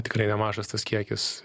tikrai nemažas tas kiekis